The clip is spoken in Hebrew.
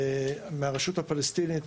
מהרשות הפלסטינית,